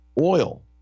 oil